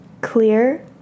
clear